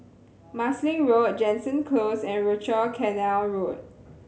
Marsiling Road Jansen Close and Rochor Canal Road